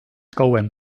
kauem